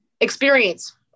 experience